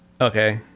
Okay